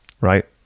right